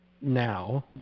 Now